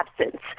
absence